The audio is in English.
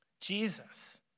Jesus